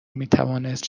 میتوانست